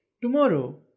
tomorrow